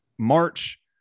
march